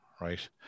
Right